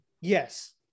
yes